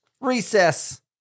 recess